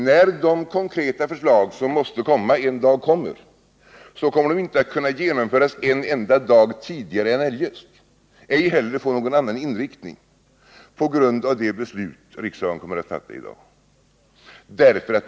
När de konkreta förslag som måste komma en dag verkligen kommer, kan de inte genomföras en enda dag tidigare än eljest och ej heller får de någon annan inriktning på grund av det beslut som riksdagen i dag kommer att fatta.